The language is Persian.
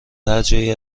هرجایی